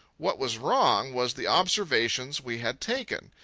what was wrong was the observations we had taken.